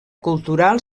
cultural